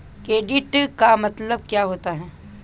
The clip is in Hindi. क्रेडिट का मतलब क्या होता है?